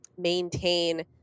maintain